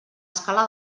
escala